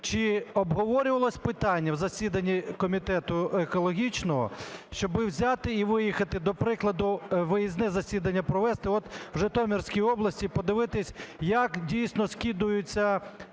Чи обговорювалось питання на засіданні комітету екологічного, щоб взяти і виїхати, до прикладу, виїзне засідання провести в Житомирській області, подивитись, як дійсно скидаються